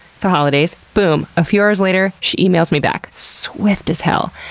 so holidays. boom. a few hours later she emails me back. swift as hell.